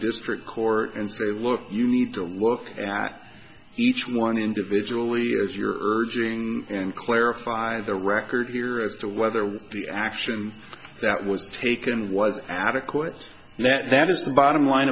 district court and say look you need to look at each one individually as you're doing in clarify the record here as to whether the action that was taken was adequate and that that is the bottom line